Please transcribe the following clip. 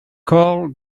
call